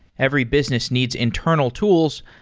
every business needs internal tools,